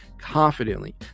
confidently